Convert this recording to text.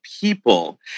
people